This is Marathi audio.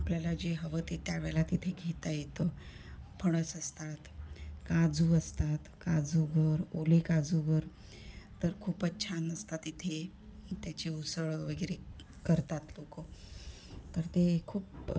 आपल्याला जे हवं ते त्यावेळेला तिथे घेता येतं फणस असतात काजू असतात काजूगर ओले काजूगर तर खूपच छान असतात तिथे त्याची उसळ वगैरे करतात लोक तर ते खूप